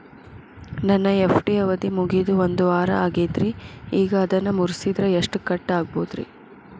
ನನ್ನ ಎಫ್.ಡಿ ಅವಧಿ ಮುಗಿದು ಒಂದವಾರ ಆಗೇದ್ರಿ ಈಗ ಅದನ್ನ ಮುರಿಸಿದ್ರ ಎಷ್ಟ ಕಟ್ ಆಗ್ಬೋದ್ರಿ?